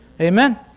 Amen